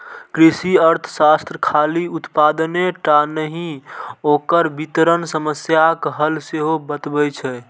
कृषि अर्थशास्त्र खाली उत्पादने टा नहि, ओकर वितरण समस्याक हल सेहो बतबै छै